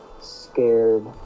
scared